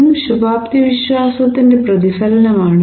ഇതും ശുഭാപ്തിവിശ്വാസത്തിന്റെ പ്രതിഫലനമാണ്